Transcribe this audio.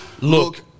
Look